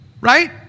Right